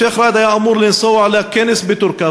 השיח' ראאד היה אמור לנסוע לכנס בטורקיה,